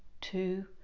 two